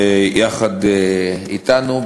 יחד אתנו,